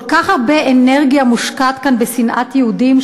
כל כך הרבה אנרגיה מושקעת כאן בשנאת יהודים,